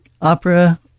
Opera